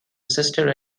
sister